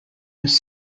was